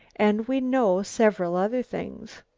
and we know several other things.